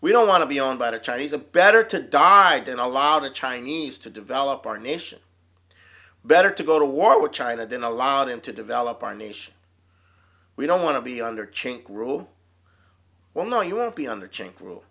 we don't want to be on by the chinese the better to die down a lot of chinese to develop our nation better to go to war with china didn't allow them to develop our nation we don't want to be under chink rule well no you won't be on the chain rule